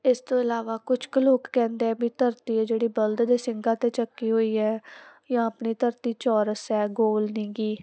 ਇਸ ਤੋਂ ਇਲਾਵਾ ਕੁਝ ਕ ਲੋਕ ਕਹਿੰਦੇ ਵੀ ਧਰਤੀ ਹ ਜਿਹੜੀ ਬਲਦ ਦੇ ਸਿੰਘਾਂ ਤੇ ਚੱਕੀ ਹੋਈ ਹੈ ਜਾਂ ਆਪਣੀ ਧਰਤੀ ਚੌਰਸ ਹੈ ਗੋਲ ਨਹੀਂ ਗੀ